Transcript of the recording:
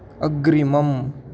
अग्रिमम्